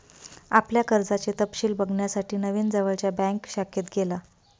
आपल्या कर्जाचे तपशिल बघण्यासाठी नवीन जवळच्या बँक शाखेत गेला